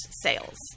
sales